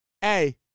hey